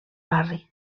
barri